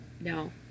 No